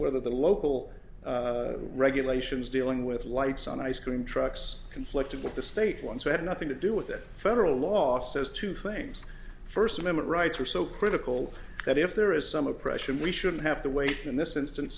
whether the local regulations dealing with lights on ice cream trucks conflicted with the state ones had nothing to do with it federal law says two things first amendment rights are so critical that if there is some oppression we should have to wait in this instance